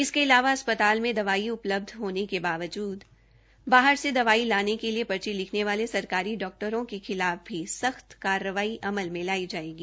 इसके अलावा अस्पताल में दवाई उपलब्ध होने के बावजूद बाहर से दवाई लाने के लिए पर्ची लिखने वाले सरकारी डाक्टरों के खिलाफ भी सख्त कार्रवाई अमल में लाई जाएगी